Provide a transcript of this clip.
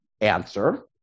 answer